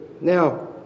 Now